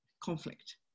conflict